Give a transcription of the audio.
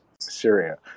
Syria